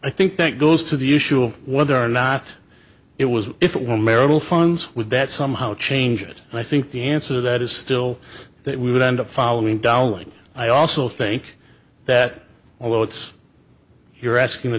i think that goes to the issue of whether or not it was if it were marital funds would that somehow change it and i think the answer to that is still that we would end up following dolling i also think that although it's you're asking